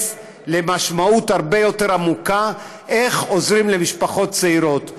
למשמעות הרבה יותר עמוקה: איך עוזרים למשפחות צעירות.